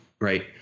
Right